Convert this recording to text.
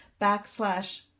backslash